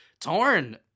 torn